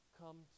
come